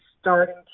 starting